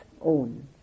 own